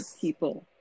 people